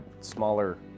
smaller